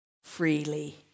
Freely